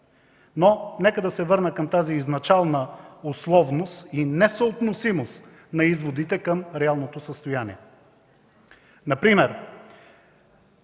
Но нека да се върна към тази изначална условност и несъотносимост на изводите към реалното състояние. Например